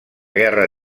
guerra